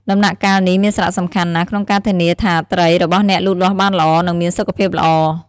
ដំណាក់កាលនេះមានសារៈសំខាន់ណាស់ក្នុងការធានាថាត្រីរបស់អ្នកលូតលាស់បានល្អ និងមានសុខភាពល្អ។